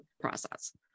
process